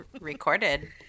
recorded